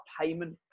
payment